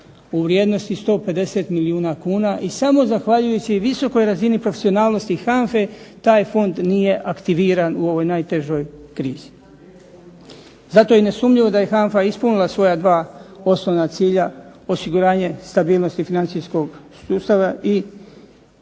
u vrijednosti 150 milijuna kuna i samo zahvaljujući visokoj razini profesionalnosti HANFA-e taj fond nije aktiviran u ovoj najtežoj krizi. Zato je nesumnjivo da je HANFA ispunila svoja 2 osnovna cilja: osiguranje stabilnosti financijskog sustava i